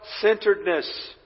centeredness